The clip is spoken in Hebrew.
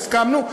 והסכמנו,